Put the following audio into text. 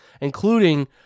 including